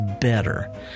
better